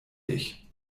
dich